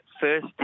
first